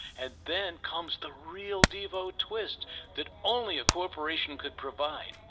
and then comes the real devo twist that only a corporation could provide.